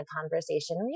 conversation